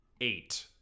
eight